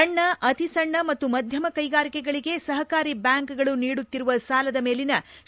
ಸಣ್ಣ ಅತಿ ಸಣ್ಣ ಮತ್ತು ಮಧ್ಯಮ ಕೈಗಾರಿಕೆಗಳಿಗೆ ಸಹಕಾರಿ ಬ್ಯಾಂಕ್ಗಳು ನೀಡುತ್ತಿರುವ ಸಾಲದ ಮೇಲಿನ ು